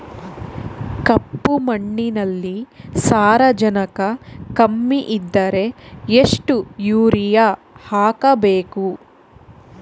ಕಪ್ಪು ಮಣ್ಣಿನಲ್ಲಿ ಸಾರಜನಕ ಕಮ್ಮಿ ಇದ್ದರೆ ಎಷ್ಟು ಯೂರಿಯಾ ಹಾಕಬೇಕು?